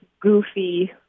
goofy